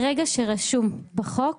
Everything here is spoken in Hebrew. ברגע שלא רשום בחוק,